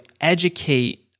educate